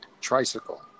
Tricycle